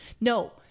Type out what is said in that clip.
no